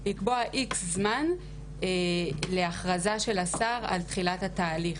לקבוע X זמן להכרזה של השר על תחילת התהליך,